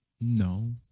No